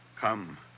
Come